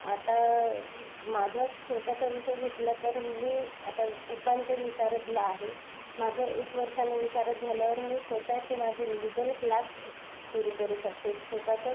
आता माझाच स्वतःचा विषय घेतला तर मी आता उपांत्य विशारदला आहे माझं एक वर्षाने विशारद झाल्यावर मी स्वतःचे माझे लीगल क्लास स् सुरू करू शकते एक स्वतःचं